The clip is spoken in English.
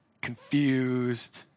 confused